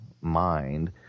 mind